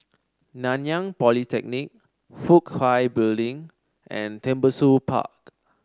Nanyang Polytechnic Fook Hai Building and Tembusu Park